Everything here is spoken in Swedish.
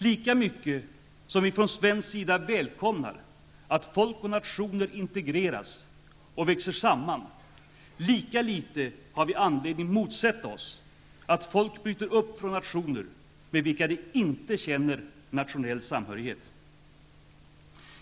Lika mycket som vi från svensk sida välkomnar att folk och nationer integreras och växer samman, lika litet har vi anledning att motsätta oss att folk bryter upp från nationer med vilka de inte känner nationell samhörighet.